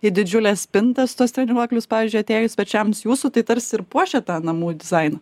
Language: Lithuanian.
į didžiules spintas tuos treniruoklius pavyzdžiui atėjus svečiams jūsų tai tarsi ir puošia tą namų dizainą